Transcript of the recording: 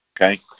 okay